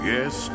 Yes